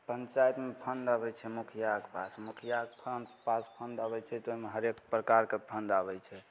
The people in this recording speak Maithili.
पंचायतमे फंड आबय छै मुखियाके पास मुखियाके काम पास फंड अबय छै तऽ ओइमे हरेक प्रकारके फंड आबय छै